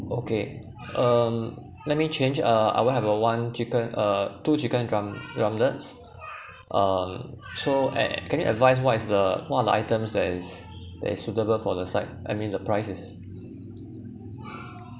okay um let me change uh I want to have uh one chicken uh two chicken drum drumlets um so eh can you advise what is the one of the items that is that is suitable for the side I mean the prices